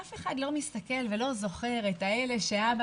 אף אחד לא מסתכל ולא זוכר את אלה שלאבא